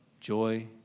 joy